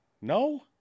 No